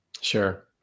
Sure